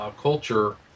Culture